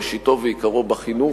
ראשיתו ועיקרו בחינוך.